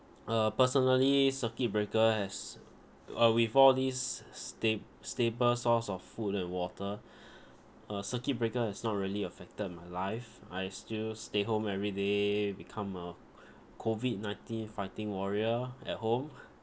uh personally circuit breaker has uh with all these stab~ stable source of food and water uh circuit breaker has not really affected my life I still stay home everyday become a COVID nineteen fighting warrior at home